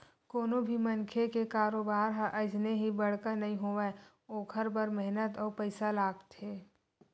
कोनो भी मनखे के कारोबार ह अइसने ही बड़का नइ होवय ओखर बर मेहनत अउ पइसा लागथे